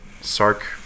Sark